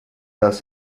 das